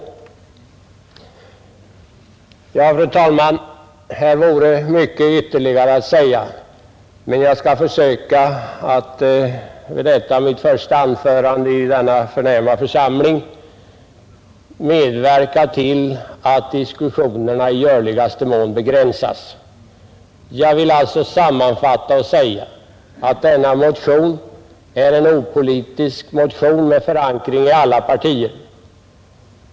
Fru talman! Här finns mycket ytterligare att säga, men jag vill då jag nu håller mitt första anförande i denna församling försöka medverka till att diskussionen i görligaste mån begränsas. Jag vill sammanfatta och säga att motionen är opolitisk och att den har förankring i alla partier.